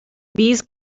bees